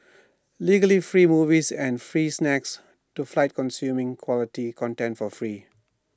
legally free movies and free snacks to fight consuming quality content for free